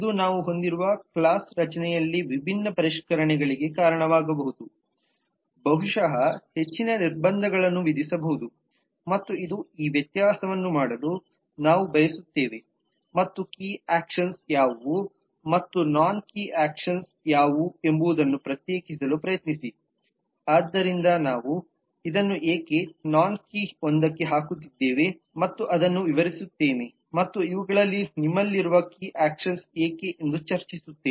ಇದು ನಾವು ಹೊಂದಿರುವ ಕ್ಲಾಸ್ ರಚನೆಯಲ್ಲಿ ವಿಭಿನ್ನ ಪರಿಷ್ಕರಣೆಗಳಿಗೆ ಕಾರಣವಾಗಬಹುದು ಬಹುಶಃ ಹೆಚ್ಚಿನ ನಿರ್ಬಂಧಗಳನ್ನು ವಿಧಿಸಬಹುದು ಮತ್ತು ಇದು ಈ ವ್ಯತ್ಯಾಸವನ್ನು ಮಾಡಲು ನಾವು ಬಯಸುತ್ತೇವೆ ಮತ್ತು ಕೀ ಅಕ್ಷನ್ಸ್ ಯಾವುವು ಮತ್ತು ನೋನ್ ಕೀ ಅಕ್ಷನ್ಸ್ ಯಾವುವು ಎಂಬುದನ್ನು ಪ್ರತ್ಯೇಕಿಸಲು ಪ್ರಯತ್ನಿಸಿ ಆದ್ದರಿಂದ ನಾವು ಇದನ್ನು ಏಕೆ ನೋನ್ ಕೀ ಒಂದಕ್ಕೆ ಹಾಕುತ್ತಿದ್ದೇವೆ ಮತ್ತು ಅದನ್ನು ವಿವರಿಸುತ್ತೇನೆ ಮತ್ತು ಇವುಗಳಲ್ಲಿ ನಿಮ್ಮಲ್ಲಿರುವ ಕೀ ಅಕ್ಷನ್ಸ್ ಏಕೆ ಎಂದು ಚರ್ಚಿಸುತ್ತೇನೆ